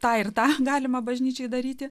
tą ir tą galima bažnyčiai daryti